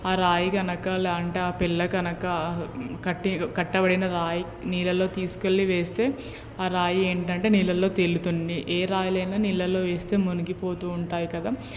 ఆ రాయి కనుక లేదంటే ఆ పిల్లర్ కనుక కట్టి కట్టబడిన రాయి నీళ్ళల్లో తీసుకెళ్ళి వేస్తే ఆ రాయి ఏంటంటే నీళ్ళల్లో తేలుతుంది ఏ రాయిలైనా నీళ్ళల్లో వేస్తే మునిగిపోతూ ఉంటాయి కదా